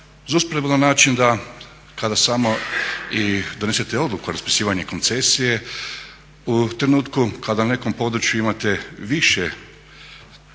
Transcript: usporedbu na način da kada samo i donesete odluku o raspisivanju koncesije, u trenutku kada na nekom području imate više ljudi